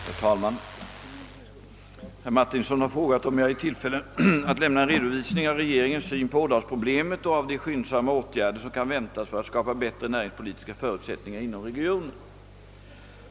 Herr talman! Herr Martinsson har frågat om jag är i tillfälle att lämna en redovisning av regeringens syn på Ådalsproblemet och av de skyndsamma åtgärder som kan väntas för att skapa bättre näringspolitiska förutsättningar inom regionen.